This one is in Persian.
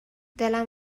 دلم